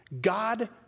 God